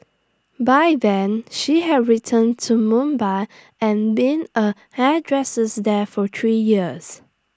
by then she have returned to Mumbai and been A hairdressers there for three years